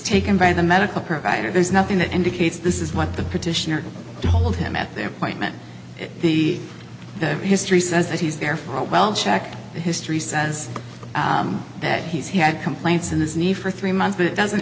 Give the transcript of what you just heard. taken by the medical provider there's nothing that indicates this is what the petitioner told him at their point when the history says that he's there for a well checked history says that he's had complaints in this knee for three months but it doesn't